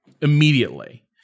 immediately